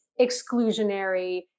exclusionary